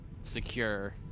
secure